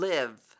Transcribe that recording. Live